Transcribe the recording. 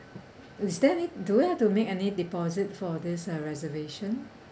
is there any do we have to make any deposit for this uh reservation